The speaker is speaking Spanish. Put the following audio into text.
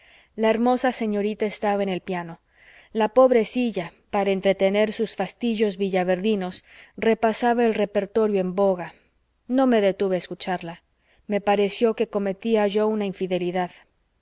la hermosa señorita estaba en el piano la pobrecilla para entretener sus fastidios villaverdinos repasaba el repertorio en boga no me detuve a escucharla me pareció que cometía yo una infidelidad